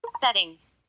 Settings